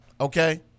Okay